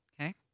Okay